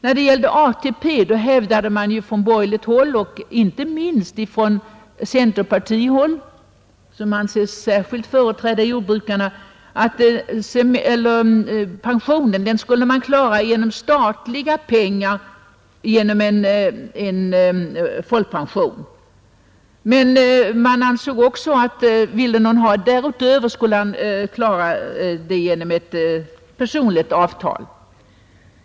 Då det gällde ATP hävdade man från borgerligt håll, inte minst från centerpartihåll, som anses särskilt företräda jordbrukarna, att pensioneringen skulle klaras med statliga pengar i form av folkpension. Men man ansåg också att om någon ville ha någonting därutöver, så skulle han ordna det genom ett personligt avtal.